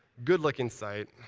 good looking site.